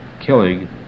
killing